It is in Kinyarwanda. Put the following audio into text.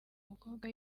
umukobwa